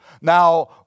Now